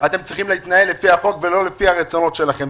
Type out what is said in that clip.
אתם צריכים להתנהל לפי החוק ולא לפי הרצונות שלכם.